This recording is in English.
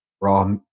raw